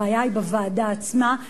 הבעיה היא בוועדה עצמה,